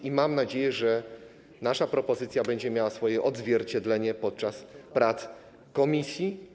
I mam nadzieję, że nasza propozycja będzie miała swoje odzwierciedlenie podczas prac komisji.